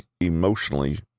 emotionally